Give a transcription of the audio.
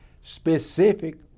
specific